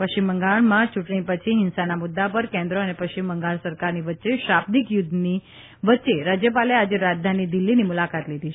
પશ્ચિમ બંઘાલમાં ચૂંટણી પછી હિંસાના મુદ્દા પર કેન્દ્ર અને પશ્ચિમ બંઘાળ સરકારની વચ્ચે શાબ્દીક યુદ્ધની વચ્ચે રાજ્યપાલે આજે રાજ્યાની દિલ્હીની મુલાકાત લીધી છે